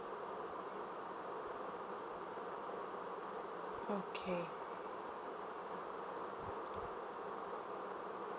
okay